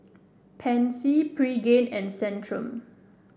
Pansy Pregain and Centrum